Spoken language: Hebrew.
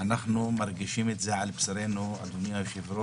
אנחנו מרגישים את זה על בשרנו יום-יום,